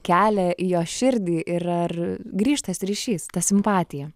kelią į jos širdį ir ar grįš tas ryšys ta simpatija